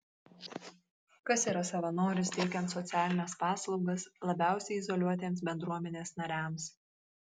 kas yra savanoris teikiant socialines paslaugas labiausiai izoliuotiems bendruomenės nariams